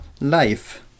life